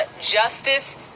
justice